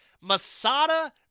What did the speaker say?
Masada